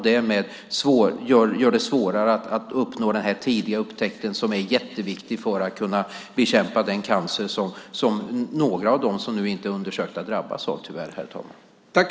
Det gör det svårare att uppnå den tidiga upptäckt som är jätteviktig för att man ska kunna bekämpa den cancer som några av dem som inte är undersökta tyvärr drabbas av.